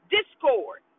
Discord